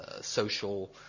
social